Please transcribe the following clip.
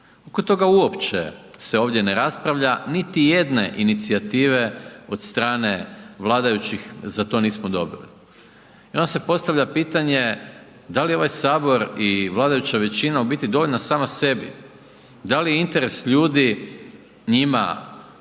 Oko toga uopće se ovdje ne raspravlja, niti jedne inicijative od strane vladajućih za to nismo dobili. I onda se postavlja pitanje da li je ovaj Sabor i vladajuća većina u biti dovoljna sama sebi? Da li je interes ljudi njima totalno